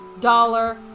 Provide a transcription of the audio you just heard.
dollar